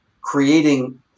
creating